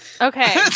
Okay